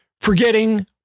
forgetting